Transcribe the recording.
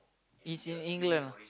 it's in England ah